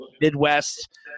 Midwest